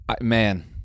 man